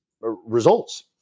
results